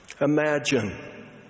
Imagine